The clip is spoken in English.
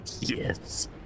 Yes